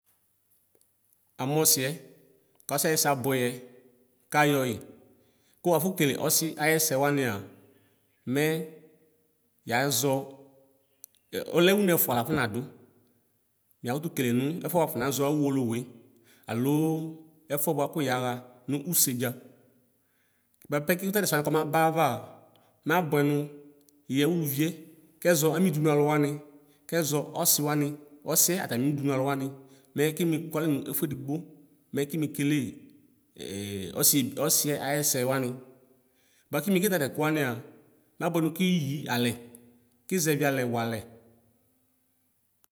Amʋ ɔsiɛ kɔsiɛ ayɛsɛ abʋɛyɛ kayɔyi kʋ afɔ kele ɔsi ayɛsɛ wania mɛ yazɔ ɔlɛ ʋne ɛfʋa lafɔnadʋ miakʋtʋ kele nʋ ɛfʋɛ wafɔnazɔ awʋ ʋwolowʋe alo ɛfʋɛ bʋakʋ yaxa nʋ ʋsedza bʋapɛ kʋ tatɛsɛ kɔmaba ayava mabʋɛ nʋ yɛ ʋlovie kɛzɔ ami ʋdʋnʋ alʋ wani kɛzɔ ɔsiwani ɔsiɛ atami ʋdʋnʋ alʋ wani mɛ kine kʋme kʋalɛ nʋ ɛfʋadigbo ki me kele ɔsi ɔsiɛ ayɛsɛ wani bʋa kimiekele takʋɛ amɛa mabʋɛ nʋ kiyi alɛ kizɛvi alɛ walɛ.